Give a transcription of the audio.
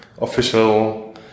official